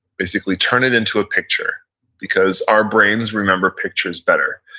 basically turn it into a picture because our brains remember pictures better.